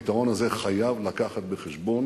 הפתרון הזה חייב להביא בחשבון